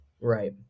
Right